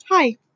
Hi